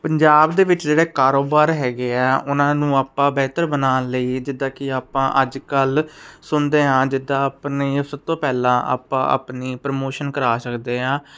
ਪੰਜਾਬ ਦੇ ਵਿੱਚ ਜਿਹੜਾ ਕਾਰੋਬਾਰ ਹੈਗੇ ਆ ਉਹਨਾਂ ਨੂੰ ਆਪਾਂ ਬਿਹਤਰ ਬਣਾਉਣ ਲਈ ਜਿੱਦਾਂ ਕਿ ਆਪਾਂ ਅੱਜ ਕੱਲ੍ਹ ਸੁਣਦੇ ਹਾਂ ਜਿੱਦਾਂ ਆਪਣੇ ਸਭ ਤੋਂ ਪਹਿਲਾਂ ਆਪਾਂ ਆਪਣੀ ਪ੍ਰਮੋਸ਼ਨ ਕਰਾ ਸਕਦੇ ਹਾਂ